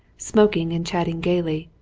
smoking and chatting gaily,